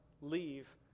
leave